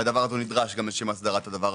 וזה נדרש גם לשם הסדרת זה,